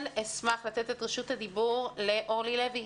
אשמח לתת את רשות הדיבור לאורלי לוי,